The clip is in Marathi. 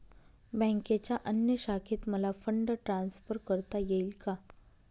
बँकेच्या अन्य शाखेत मला फंड ट्रान्सफर करता येईल का?